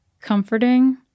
comforting